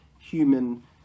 human